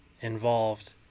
involved